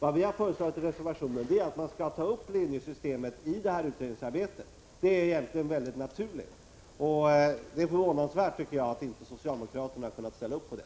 Vad vi har föreslagit i reservationen är att man skall ta upp linjesystemet i utredningsarbetet — det är egentligen mycket naturligt, och det är förvånansvärt, tycker jag, att socialdemokraterna inte har kunnat ställa upp på det.